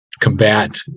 combat